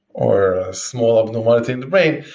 or a small abnormality in the brain,